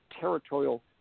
territorial